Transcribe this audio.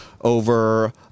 over